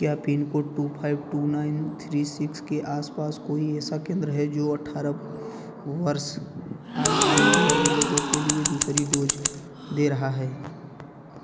क्या pin code two five two nine three six के आस पास कोई ऐसा केंद्र है जो अठारह वर्ष आयु वर्ग के लोगों के लिए दूसरी डोज दे रहा है